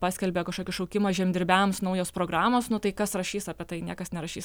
paskelbė kažkokį šaukimą žemdirbiams naujos programos nu tai kas rašys apie tai niekas nerašys